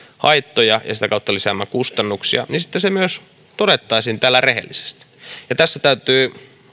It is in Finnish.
haittoja ja sitä kautta lisäämään kustannuksia niin sitten se myös todettaisiin täällä rehellisesti tässä täytyy